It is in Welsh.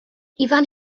ifan